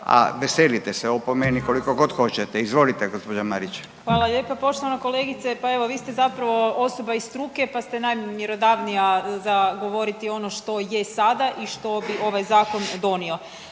A veselite se opomeni koliko god hoćete. Izvolite gospođa Marić. **Marić, Andreja (SDP)** Hvala lijepa. Poštovana kolegice pa evo vi ste zapravo osoba iz struke pa ste najmjerodavnija za govoriti ono što je sada i što bi ovaj zakon donio.